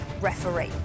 referee